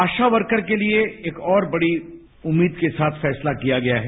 आशा worker के लिए एक और बड़ी उम्मीद के साथ फैसला किया गया है